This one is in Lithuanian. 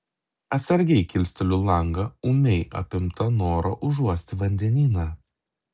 atsargiai kilsteliu langą ūmiai apimta noro užuosti vandenyną